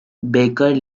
baker